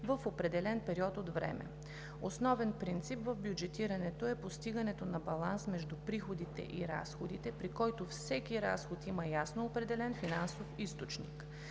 в определен период от време. Основен принцип в бюджетирането е постигането на баланс между приходите и разходите, при който всеки разход има ясно определен финансов източник.